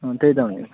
अँ त्यही त भनेको